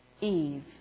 Eve